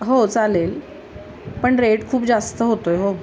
हो चालेल पण रेट खूप जास्त होतो आहे अहो